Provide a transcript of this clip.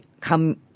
come